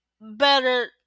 better